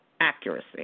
accuracy